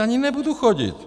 Ani nebudu chodit.